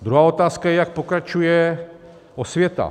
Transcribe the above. Druhá otázka je, jak pokračuje osvěta.